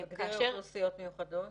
--- אוכלוסיות מיוחדות?